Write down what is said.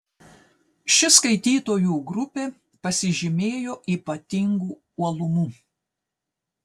ši skaitytojų grupė pasižymėjo ypatingu uolumu